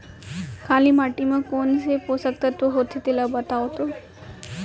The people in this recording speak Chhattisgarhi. काली माटी म कोन से पोसक तत्व होथे तेला बताओ तो?